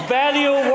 value